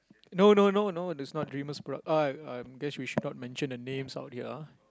no no no no there's not dreamers product I I guess we should not mention the names out here ah